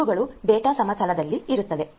ಆದ್ದರಿಂದ ಇವುಗಳು ಡೇಟಾ ಸಮತಲದಲ್ಲಿ ಇರುತ್ತವೆ